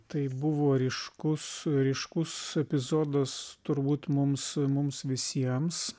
tai buvo ryškus ryškus epizodas turbūt mums mums visiems